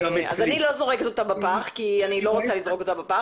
אני לא זורקת אותם בפח כי אני לא רוצה לזרוק אותם בפח,